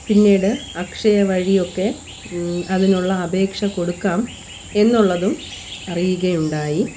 പിന്നീട് അക്ഷയവഴിയൊക്കെ അതിനുള്ള അപേക്ഷ കൊടുക്കാം എന്നുള്ളതും അറിയുക ഉണ്ടായി